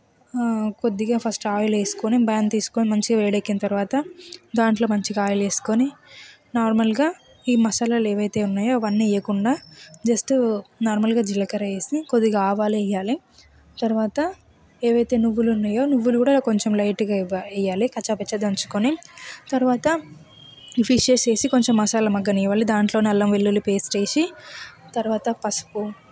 కొద్దిగా first oil వేసుకొని pan తీసుకొని మంచిగా వేడెక్కిన తర్వాత దాంట్లో మంచిగా ఆయిల్ వేసుకొని నార్మల్గా ఈ మసాలాలు ఏవైతే ఉన్నాయో అవన్నీ వేయకుండా జస్ట్ నార్మల్గా జీలకర్ర వేసి కొద్దిగా ఆవాలు వేయాలి తర్వాత ఏవైతే నువ్వులు ఉన్నాయో నువ్వులు కూడా కొంచెం లైట్గా ఇవ్వాలి వెయ్యాలి కచ్చాపచ్చా దంచుకుని తర్వాత ఫిషెస్ వేసి కొంచెం మసాలాలు మగ్గనివ్వాలి దాంట్లోనే అల్లం వెల్లుల్లి పేస్ట్ వేసి తర్వాత పసుపు